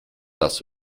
das